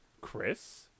Chris